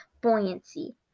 buoyancy